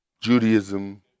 Judaism